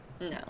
No